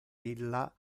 illa